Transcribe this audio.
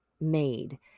made